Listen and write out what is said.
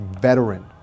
veteran